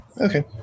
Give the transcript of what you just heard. Okay